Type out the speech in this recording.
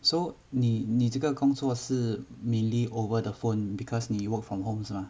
so 你你这个工作是 mainly over the phone because 你 work from homes mah